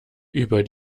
über